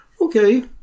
Okay